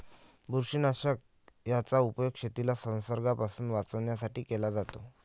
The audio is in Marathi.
बुरशीनाशक याचा उपयोग शेतीला संसर्गापासून वाचवण्यासाठी केला जातो